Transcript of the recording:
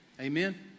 Amen